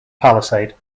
palisade